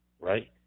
right